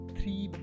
three